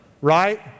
right